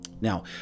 Now